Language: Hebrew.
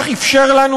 הישראלי?